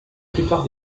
plupart